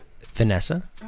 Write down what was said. Vanessa